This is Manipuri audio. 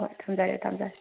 ꯍꯣꯏ ꯊꯝꯖꯔꯦ ꯊꯝꯖꯔꯦ